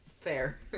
fair